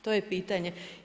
To je pitanje.